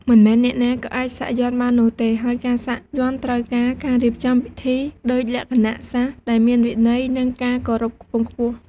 មិនមែនអ្នកណាក៏អាចសាក់យ័ន្តបាននោះទេ ហើយការសាក់យ័ន្តត្រូវការការរៀបចំពិធីដូចលក្ខណៈសាស្ត្រដែលមានវិន័យ និងការគោរពខ្ពង់ខ្ពស់។